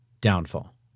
downfall